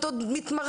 הוא עוד מתמרד.